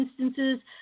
instances